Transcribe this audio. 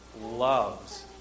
loves